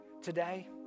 Today